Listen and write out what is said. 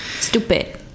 Stupid